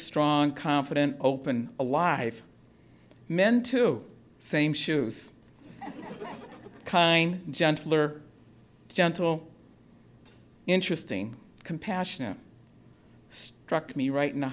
strong confident open alive meant to same shoes kind gentle or gentle interesting compassion that struck me right in the